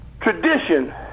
tradition